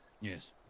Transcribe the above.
Yes